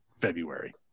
February